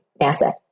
NASA